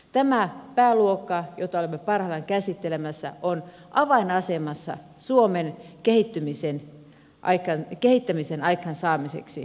tämä pääluokka jota olemme parhaillaan käsittelemässä on avainasemassa suomen kehittämisen aikaansaamiseksi